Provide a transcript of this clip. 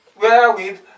wherewith